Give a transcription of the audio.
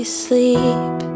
sleep